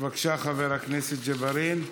בבקשה, חבר הכנסת ג'בארין.